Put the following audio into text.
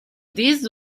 this